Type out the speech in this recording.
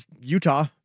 Utah